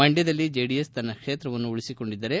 ಮಂಡ್ಕದಲ್ಲಿ ಜೆಡಿಎಸ್ ತನ್ನ ಕ್ಷೇತ್ರವನ್ನು ಉಳಿಸಿಕೊಂಡಿದ್ದರೆ